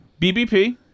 BBP